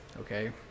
okay